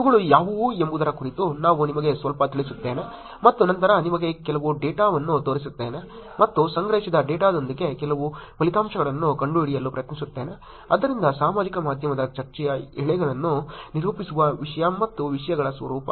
ಇವುಗಳು ಯಾವುವು ಎಂಬುದರ ಕುರಿತು ನಾನು ನಿಮಗೆ ಸ್ವಲ್ಪ ತಿಳಿಸುತ್ತೇನೆ ಮತ್ತು ನಂತರ ನಿಮಗೆ ಕೆಲವು ಡೇಟಾವನ್ನು ತೋರಿಸುತ್ತೇನೆ ಮತ್ತು ಸಂಗ್ರಹಿಸಿದ ಡೇಟಾದೊಂದಿಗೆ ಕೆಲವು ಫಲಿತಾಂಶಗಳನ್ನು ಕಂಡುಹಿಡಿಯಲು ಪ್ರಯತ್ನಿಸುತ್ತೇನೆ ಆದ್ದರಿಂದ ಸಾಮಾಜಿಕ ಮಾಧ್ಯಮ ಚರ್ಚೆಯ ಎಳೆಗಳನ್ನು ನಿರೂಪಿಸುವ ವಿಷಯ ಮತ್ತು ವಿಷಯಗಳ ಸ್ವರೂಪ